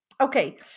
okay